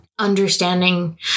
understanding